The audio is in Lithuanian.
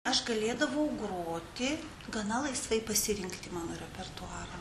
aš galėdavau groti gana laisvai pasirinkti mano repertuarą